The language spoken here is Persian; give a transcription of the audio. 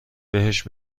بهش